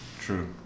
true